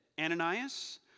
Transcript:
Ananias